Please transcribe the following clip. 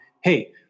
Hey